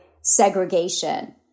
Segregation